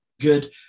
good